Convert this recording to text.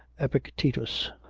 epictetus,